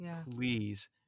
please